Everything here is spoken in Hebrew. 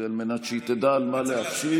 על מנת שהיא תדע על מה להשיב,